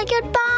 goodbye